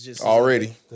Already